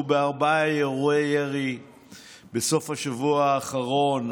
בארבעה אירועי ירי בסוף השבוע האחרון,